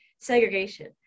segregation